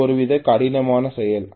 இது ஒருவித கடினமான செயல்